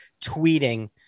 tweeting